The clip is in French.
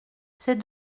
ces